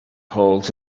holds